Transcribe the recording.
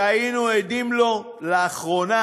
שהיינו עדים לו לאחרונה.